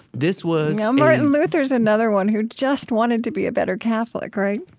this was, now, martin luther's another one who just wanted to be a better catholic, right?